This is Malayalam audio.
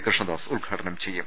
കൃഷ്ണദാസ് ഉദ്ഘാടനം ചെയ്യും